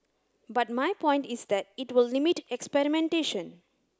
but my point is that it will limit experimentation